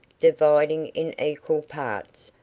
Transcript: dividing in equal parts,